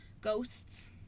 ghosts